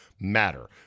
matter